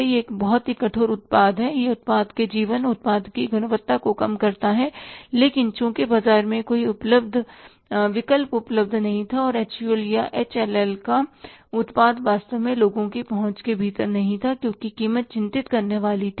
यह एक बहुत कठोर उत्पाद है यह उत्पाद के जीवन उत्पाद की गुणवत्ता को कम करता है लेकिन चूंकि बाजार में कोई विकल्प उपलब्ध नहीं है और एचयूएल या एच एल एल का उत्पाद वास्तव में लोगों की पहुंच के भीतर नहीं था क्योंकि कीमत चिंतित करने वाली थी